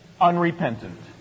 unrepentant